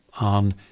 on